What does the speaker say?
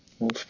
Move